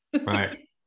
right